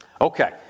Okay